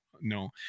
no